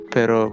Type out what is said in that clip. Pero